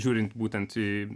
žiūrint būtent į